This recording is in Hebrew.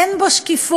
אין בו שקיפות.